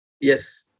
Yes